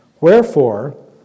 Wherefore